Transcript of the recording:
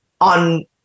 on